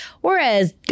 Whereas